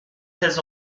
ses